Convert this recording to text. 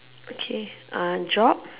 okay uh job